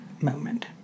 moment